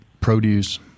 produce